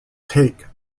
take